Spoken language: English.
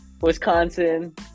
Wisconsin